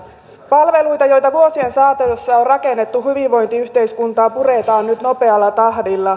palveluita joita vuosien saatossa on rakennettu hyvinvointiyhteiskuntaa puretaan nyt nopealla tahdilla